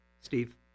Steve